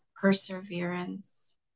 perseverance